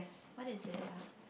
what is it ah